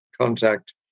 contact